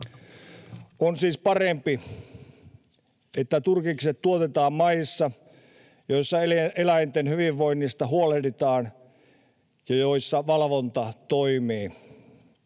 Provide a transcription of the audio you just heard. On siis parempi, että turkikset tuotetaan maissa, joissa eläinten hyvinvoinnista huolehditaan ja joissa valvonta toimii.